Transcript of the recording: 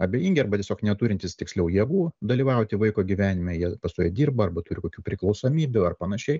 abejingi arba tiesiog neturintys tiksliau jėgų dalyvauti vaiko gyvenime jie pastoviai dirba arba turi kokių priklausomybių ar panašiai